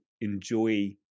enjoy